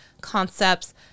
concepts